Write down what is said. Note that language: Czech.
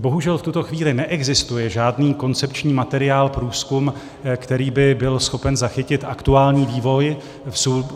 Bohužel v tuto chvíli neexistuje žádný koncepční materiál, průzkum, který by byl schopen zachytit aktuální vývoj